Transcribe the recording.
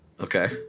Okay